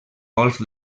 golf